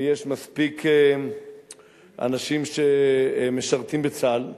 ויש מספיק אנשים שמשרתים בצה"ל,